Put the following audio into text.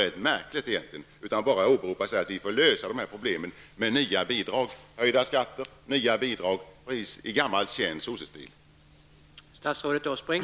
Det är egentligen rätt märkligt att statsrådet säger att vi får lösa dessa problem med nya bidrag, höjda skatter och, i gammal känd ''sossestil'', ännu fler bidrag.